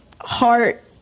heart